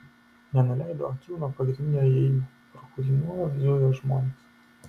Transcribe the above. nenuleido akių nuo pagrindinio įėjimo pro kurį nuolat zujo žmonės